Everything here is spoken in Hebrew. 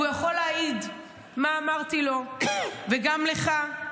והוא יכול להעיד מה אמרתי לו וגם לך,